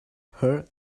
her